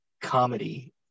comedy